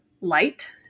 light